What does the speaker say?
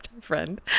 friend